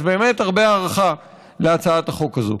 אז באמת, הרבה הערכה להצעת החוק הזאת.